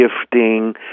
gifting